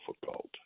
difficult